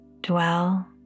dwell